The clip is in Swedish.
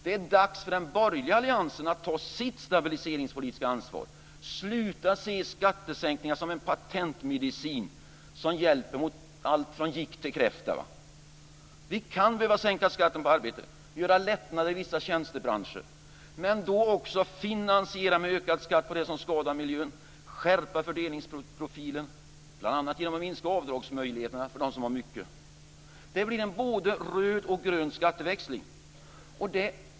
Det är dags för den borgerliga alliansen att ta sitt stabiliseringspolitiska ansvar. Sluta att se skattesänkningar som en patentmedicin som hjälper mot allt från gikt till kräfta. Vi kan behöva sänka skatten på arbete och göra lättnader i vissa tjänstebranscher. Men då ska vi också finansiera med ökad skatt på det som skadar miljön och skärpa fördelningsprofilen, bl.a. genom att minska avdragsmöjligheterna för dem som har mycket. Det blir en både röd och grön skatteväxling.